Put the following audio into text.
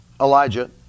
Elijah